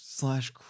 Slash